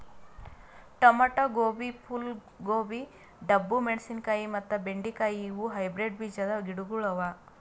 tomato, ಗೋಬಿ, ಫೂಲ್ ಗೋಬಿ, ಡಬ್ಬು ಮೆಣಶಿನಕಾಯಿ ಮತ್ತ ಬೆಂಡೆ ಕಾಯಿ ಇವು ಹೈಬ್ರಿಡ್ ಬೀಜದ್ ಗಿಡಗೊಳ್ ಅವಾ